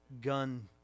gun